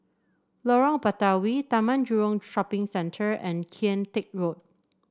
Lorong Batawi Taman Jurong Shopping Centre and Kian Teck Road